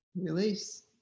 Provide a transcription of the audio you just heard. release